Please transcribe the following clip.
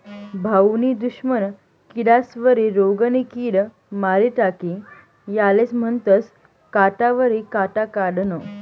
भाऊनी दुश्मन किडास्वरी रोगनी किड मारी टाकी यालेज म्हनतंस काटावरी काटा काढनं